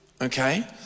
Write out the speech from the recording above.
okay